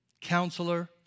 Counselor